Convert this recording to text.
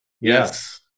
Yes